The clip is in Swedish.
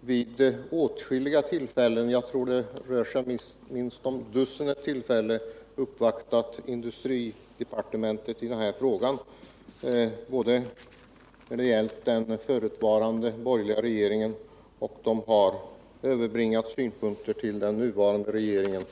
vid åtskilliga tillfällen — jag tror att det rör sig om minst dussintalet tillfällen — uppvaktat industridepartementet i den här frågan. Man har överbringat sina synpunkter både till den förutvarande borgerliga regeringen och till den nuvarande regeringen.